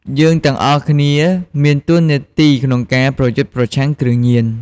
យើងទាំងអស់គ្នាមានតួនាទីក្នុងការប្រយុទ្ធប្រឆាំងគ្រឿងញៀន។